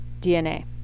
DNA